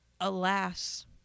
Alas